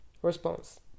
response